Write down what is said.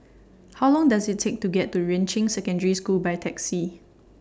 How Long Does IT Take to get to Yuan Ching Secondary School By Taxi